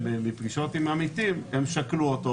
ובפגישות עם עמיתים נאמר שזה נושא שהם שקלו אותו,